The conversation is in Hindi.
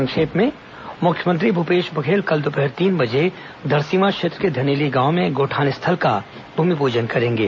संक्षिप्त समाचार मुख्यमंत्री भूपेश बघेल कल दोपहर तीन बजे धरसीवां क्षेत्र के धनेली गांव में गोठान स्थल का भूमिपूजन करेंगे